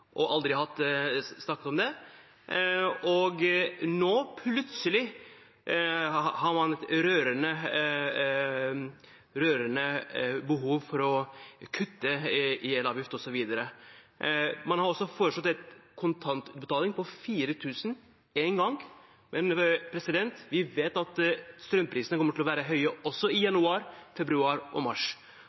og aldri snakket om det, og nå har man plutselig et rørende behov for å kutte i elavgift osv. Man har også foreslått en engangsutbetaling på 4 000 kr kontant, men vi vet at strømprisene kommer til å være høye også i januar, februar og mars.